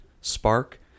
spark